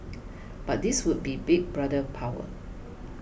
but this would be Big Brother power